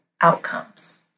outcomes